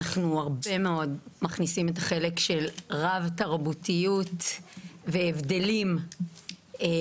אנחנו הרבה מאוד מכניסים את החלק של רב-תרבותיות והבדלים בין-תרבותיים.